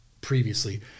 previously